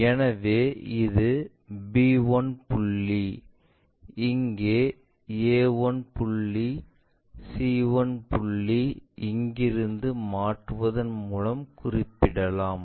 எனவே இது b1 புள்ளி இங்கே a1 புள்ளி c1 புள்ளி இங்கிருந்து மாற்றுவதன் மூலம் குறிப்பிடலாம்